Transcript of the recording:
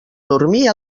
dormir